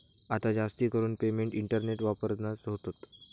आता जास्तीकरून payment internet वापरानच होतत